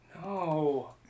No